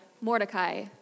Mordecai